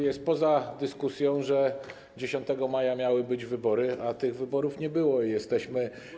Jest poza dyskusją, że 10 maja miały być wybory, a tych wyborów nie było i jesteśmy.